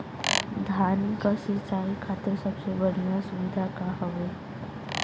धान क सिंचाई खातिर सबसे बढ़ियां सुविधा का हवे?